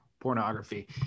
pornography